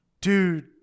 Dude